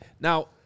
Now